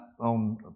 on